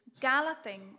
galloping